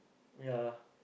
ya